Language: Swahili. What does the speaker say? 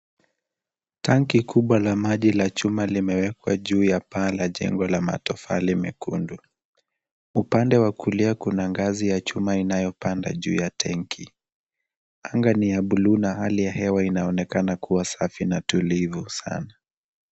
Tanki kubwa la maji la chuma limewekwa juu ya paa la jengo la matofali mekundu. Upande wa kulia kuna ngazi ya chuma inayopanda juu ya tenki. Anga ni ya buluu na hali ya hewa inaonekana kuwa safi na tulivu sana.